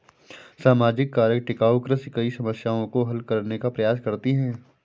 सामाजिक कारक टिकाऊ कृषि कई समस्याओं को हल करने का प्रयास करती है